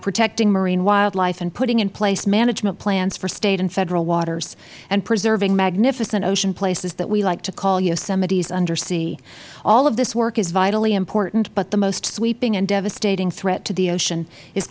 protecting marine wildlife and putting in place management plans for state and federal waters and preserving magnificent ocean places that we like to call yosemites undersea all of this work is vitally important but the most sweeping and devastating threat to the ocean is